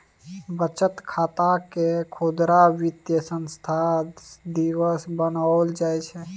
बचत खातकेँ खुदरा वित्तीय संस्थान दिससँ बनाओल जाइत छै